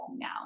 now